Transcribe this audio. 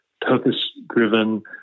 purpose-driven